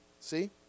See